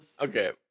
okay